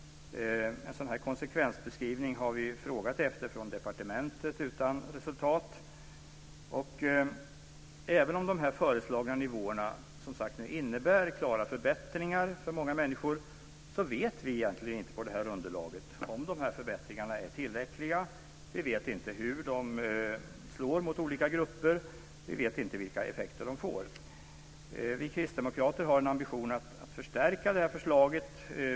En sådan konsekvensbeskrivning har vi frågat efter från departementet utan resultat. Även om de föreslagna nivåerna som sagt innebär klara förbättringar för många människor vet vi med detta underlag egentligen inte om förbättringarna är tillräckliga. Vi vet inte hur de slår mot olika grupper. Vi vet inte vilka effekter de får. Vi kristdemokrater har en ambition att förstärka detta förslag.